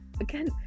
again